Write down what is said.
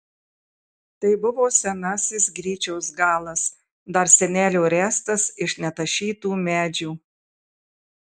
tai buvo senasis gryčios galas dar senelio ręstas iš netašytų medžių